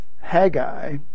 Haggai